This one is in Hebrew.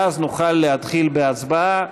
ואז נוכל להתחיל בהצבעה.